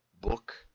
book